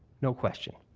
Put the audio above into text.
no question.